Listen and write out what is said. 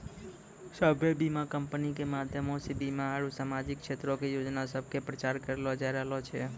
सभ्भे बीमा कंपनी के माध्यमो से बीमा आरु समाजिक क्षेत्रो के योजना सभ के प्रचार करलो जाय रहलो छै